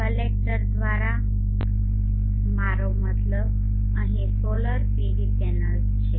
collector દ્વારા મારો મતલબ અહીં સોલર PV પેનલ્સ છે